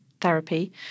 therapy